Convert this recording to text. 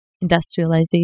industrialization